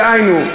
דהיינו,